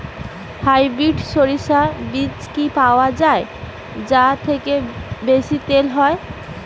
Hybrid শরিষা বীজ কি পাওয়া য়ায় যা থেকে বেশি তেল হয়?